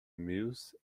meuse